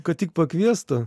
kad tik pakviestų